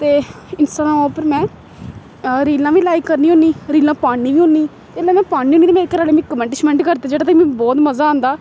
ते इंस्टाग्राम उप्पर में रीलां बी लाइक करनी होन्नी रीलां पान्नी बी होन्नी जेल्लै में पान्नी होन्नी ते में घरा आह्लें मिगी कमैंट शमेंट करदे जेह्ड़ा ते मीं बोह्त मजा आंदा